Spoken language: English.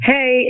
Hey